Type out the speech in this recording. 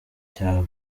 cya